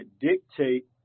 dictate